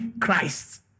Christ